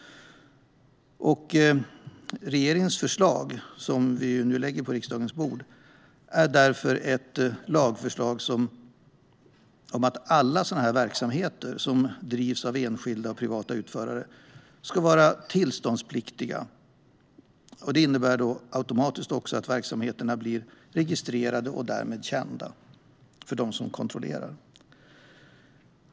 Regeringens förslag, som man nu lägger på riksdagens bord, är därför ett lagförslag om att alla sådana här verksamheter som drivs av enskilda och privata utförare ska vara tillståndspliktiga. Det innebär automatiskt att verksamheterna blir registrerade och därmed kända för dem som kontrollerar.